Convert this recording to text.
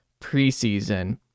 preseason